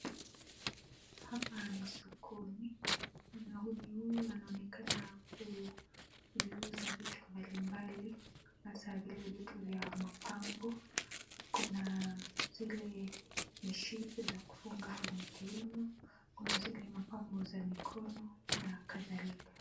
Hapa ni sokoni. Mwanaume huyu anaonekana kuviuza vitu mbalimbali hasaa vile vitu vya mapambo. Kuna zile mishipi za kufunga kwenye kiuno. Kuna zile mapambo za mikono na kadhalika.